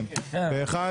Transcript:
פה אחד.